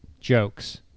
jokes